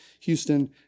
Houston